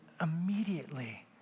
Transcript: Immediately